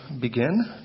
begin